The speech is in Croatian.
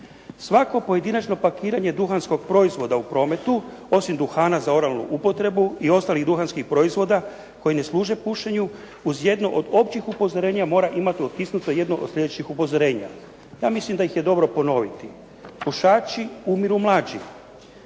Svako pojedinačno pakiranje duhanskog proizvoda u prometu, osim duhana za oralnu upotrebu i ostalih duhanskih proizvoda koji ne služe pušenju, uz jedno od općih upozorenja mora imati otisnuto jedno od sljedećih upozorenja. Ja mislim da ih je dobro ponoviti: "Pušači umiru mlađi",